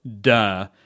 duh